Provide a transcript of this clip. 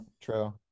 true